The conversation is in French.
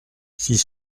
six